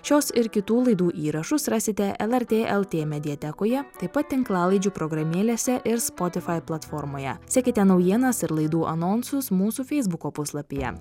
šios ir kitų laidų įrašus rasite lrt lt mediatekoje taip pat tinklalaidžių programėlėse ir spotifai platformoje sekite naujienas ir laidų anonsus mūsų feisbuko puslapyje